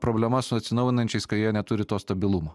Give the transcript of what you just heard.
problema su atsinaujinančiais ka jie neturi to stabilumo